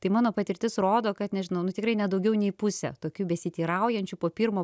tai mano patirtis rodo kad nežinau nu tikrai ne daugiau nei pusė tokių besiteiraujančių po pirmo